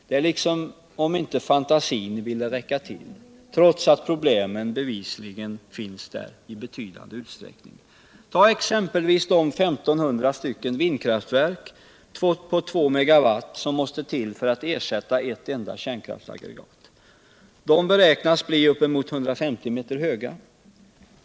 Det är som om fantasin inte ville räcka till, trots att problemen bevisligen finns där i betydande utsträckning. de I 500 vindkraftverk på 2 megawatt som måste till för att ersätta ett enda kärnkraftsaggregat. De beräknas bli uppemot 150 meter höga.